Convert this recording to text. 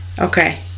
okay